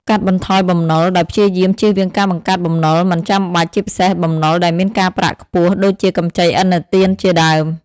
កាត់បន្ថយបំណុល ដោយព្យាយាមជៀសវាងការបង្កើតបំណុលមិនចាំបាច់ ជាពិសេសបំណុលដែលមានការប្រាក់ខ្ពស់ ដូចជាកម្ចីឥណទានជាដើម។